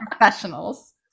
professionals